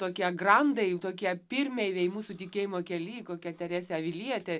tokie grandai tokie pirmeiviai mūsų tikėjimo kely kokia teresė avilietė